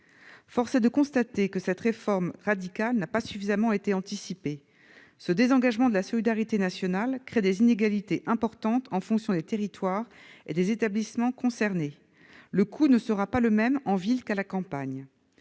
Force est de constater que cette réforme radicale n'a pas suffisamment été anticipée. Ce désengagement de la solidarité nationale crée des inégalités importantes en fonction des territoires et des établissements concernés. Le coût ne sera pas le même en ville qu'à la campagne.